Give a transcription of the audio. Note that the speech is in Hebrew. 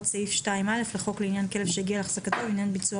סעיף 2(א) לחוק לעניין כלב שהגיע לחזקתו במהלך ביצוע